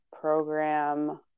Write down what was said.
program